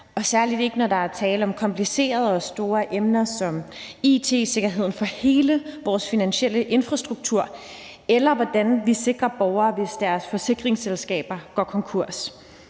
og særlig ikke, når der er tale om komplicerede og store emner som it-sikkerheden for hele vores finansielle infrastruktur, eller hvordan vi sikrer borgere, hvis deres forsikringsselskaber går konkurs.